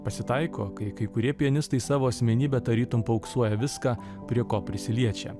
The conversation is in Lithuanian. pasitaiko kai kai kurie pianistai savo asmenybe tarytum paauksuoja viską prie ko prisiliečia